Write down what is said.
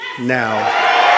now